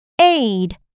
Aid